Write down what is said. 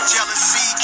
Jealousy